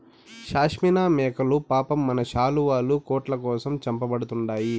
షాస్మినా మేకలు పాపం మన శాలువాలు, కోట్ల కోసం చంపబడతండాయి